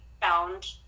found